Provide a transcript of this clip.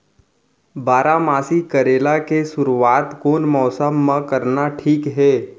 बारामासी करेला के शुरुवात कोन मौसम मा करना ठीक हे?